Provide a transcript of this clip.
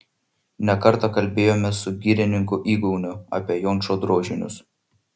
ne kartą kalbėjomės su girininku igauniu apie jončo drožinius